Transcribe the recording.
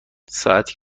ساعت